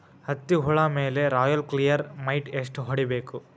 ಹತ್ತಿ ಹುಳ ಮೇಲೆ ರಾಯಲ್ ಕ್ಲಿಯರ್ ಮೈಟ್ ಎಷ್ಟ ಹೊಡಿಬೇಕು?